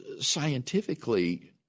scientifically